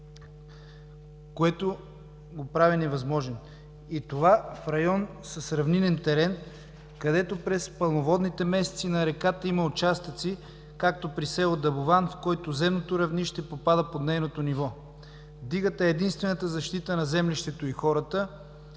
което го прави невъзможен. Това в район с равнинен терен, където през пълноводните месеци на реката има участъци, както при село Дъбован, в който земното равнище попада под нейното ниво. Дигата е единствената защита на землището и хората,